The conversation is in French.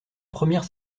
première